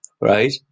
right